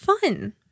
fun